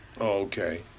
okay